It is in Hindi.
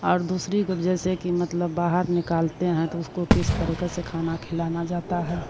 और दूसरी को अब जैसे कि मतलब बाहर निकालते हैं तो उसको किस तरीका से खाना खिलाया जाता है